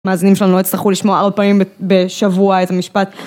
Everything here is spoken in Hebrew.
המאזינים שלנו לא יצטרכו לשמוע ארבע פעמים בשבוע את המשפט